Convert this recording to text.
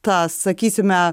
tas sakysime